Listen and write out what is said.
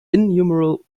innumerable